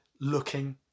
looking